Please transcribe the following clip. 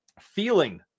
feeling